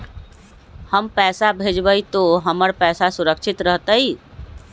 हम पैसा भेजबई तो हमर पैसा सुरक्षित रहतई?